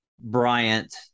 Bryant